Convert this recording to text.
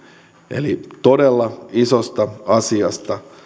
eli todella isosta asiasta